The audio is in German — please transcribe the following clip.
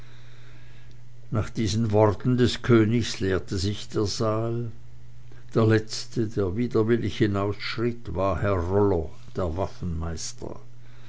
nach diesen worten des königs leerte sich der saal der letzte der widerwillig hinausschritt war herr rollo der